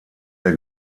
der